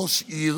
ראש עיר